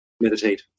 Meditate